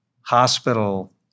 hospital